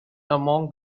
among